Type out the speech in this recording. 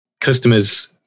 customers